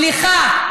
סליחה,